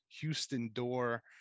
Houston-Door